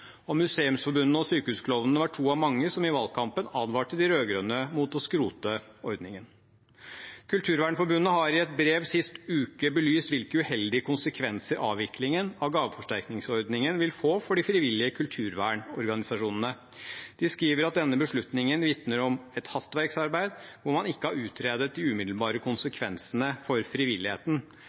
Museumsforbundet og Sykehusklovnene var to av mange som i valgkampen advarte de rød-grønne mot å skrote ordningen. Kulturvernforbundet har i et brev sist uke belyst hvilke uheldige konsekvenser avviklingen av gaveforsterkningsordningen vil få for de frivillige kulturvernorganisasjonene. De skriver at denne beslutningen vitner om et hastverksarbeid hvor man ikke har utredet de umiddelbare konsekvensene for frivilligheten.